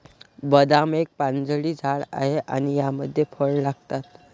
बदाम एक पानझडी झाड आहे आणि यामध्ये फळ लागतात